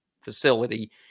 facility